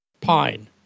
pine